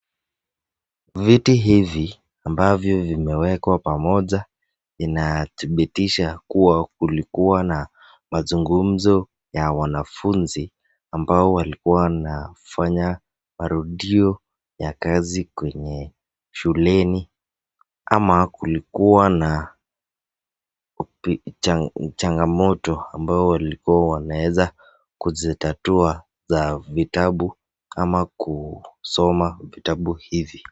Viti hivi ambavyo vimewekwa pamoja inadhibitisha kuwa kulikuwa na mazungumzo ya wanafunzi ambao walikuwa wanafanya marudio ya kazi kenye shuleni ama kulikuwa na changamoto ambayo walikuwa wanaweza kuzitatua za vitabu ama kusoma vitabu hivi.